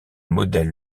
modèle